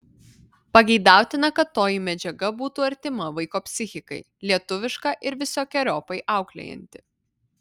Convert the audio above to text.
pageidautina kad toji medžiaga būtų artima vaiko psichikai lietuviška ir visokeriopai auklėjanti